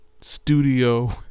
studio